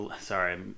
sorry